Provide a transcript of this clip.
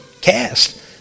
cast